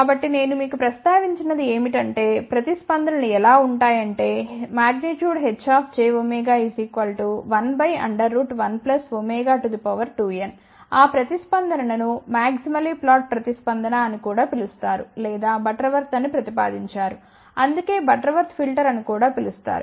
కాబట్టి నేను మీకు ప్రస్తావించినది ఏమిటంటే ప్రతిస్పందన లు ఎలా ఉంటాయంటే Hjω112n ఆ ప్రతిస్పందనను మాక్సిమలీ ఫ్లాట్ ప్రతిస్పందన అని పిలుస్తారు లేదా బటర్వర్త్ అని ప్రతిపాదించారు అందుకే బటర్వర్త్ ఫిల్టర్ అని కూడా పిలుస్తారు